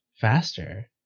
faster